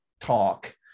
talk